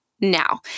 Now